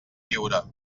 viure